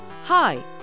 Hi